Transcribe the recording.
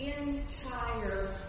entire